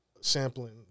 Sampling